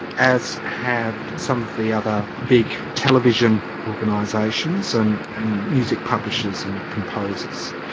as have some of the other big television organisations, and and music publishers and composers.